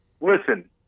Listen